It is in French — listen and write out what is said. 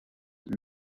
eut